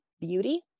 beauty